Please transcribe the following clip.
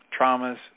traumas